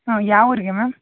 ಹಾಂ ಯಾವ ಊರಿಗೆ ಮ್ಯಾಮ್